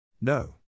No